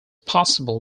possible